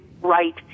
right